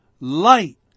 light